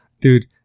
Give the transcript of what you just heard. Dude